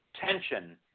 tension